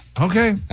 Okay